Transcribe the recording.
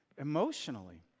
emotionally